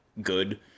good